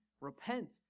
Repent